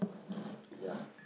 ya